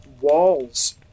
walls